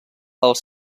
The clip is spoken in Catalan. els